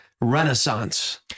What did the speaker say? renaissance